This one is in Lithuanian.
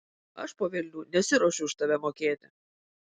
aš po velnių nesiruošiu už tave mokėti